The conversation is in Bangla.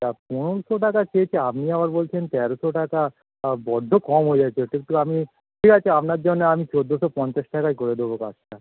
তা পনেরোশো টাকা চেয়েছি আপনি আবার বলছেন তেরোশো টাকা বড্ড কম হয়ে যাচ্ছে ওটা একটু আপনি ঠিক আছে আপনার জন্যে আমি চোদ্দোশো পঞ্চাশ টাকায় করে দেবো কাজটা